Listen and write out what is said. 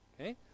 Okay